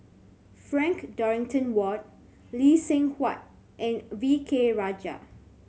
Frank Dorrington Ward Lee Seng Huat and V K Rajah